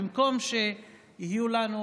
במקום שיהיו לנו,